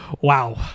Wow